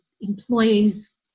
employees